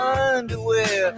underwear